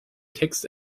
text